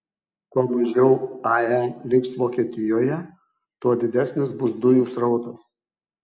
kuo mažiau ae liks vokietijoje tuo didesnis bus dujų srautas